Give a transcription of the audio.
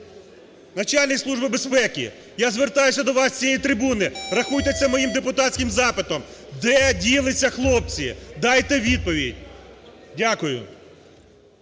Начальник Служби безпеки, я звертаюся до вас з цієї трибуни, рахуйте це моїм депутатським запитом, де ділися хлопці? Дайте відповідь. Дякую.